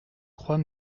croix